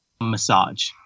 massage